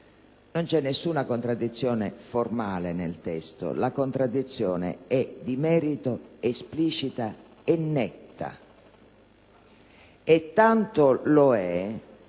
Non c'è nessuna contraddizione formale nel testo: la contraddizione è di merito, esplicita e netta, e tanto lo è